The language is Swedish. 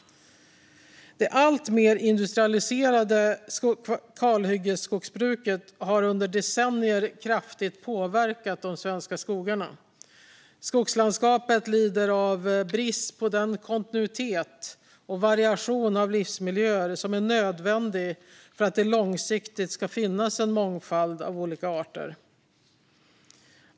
Det alltmer industrialiserade kalhyggesskogsbruket har under decennier kraftigt påverkat de svenska skogarna. Skogslandskapet lider av brist på den kontinuitet och variation av livsmiljöer som är nödvändig för att det långsiktigt ska finnas en mångfald av olika arter.